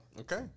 Okay